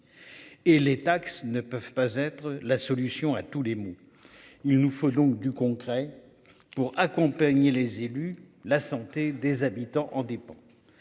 Et les taxes ne peuvent pas être la solution à tous les maux. Il nous faut donc du concret pour accompagner les élus, la santé des habitants en dépend.